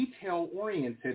detail-oriented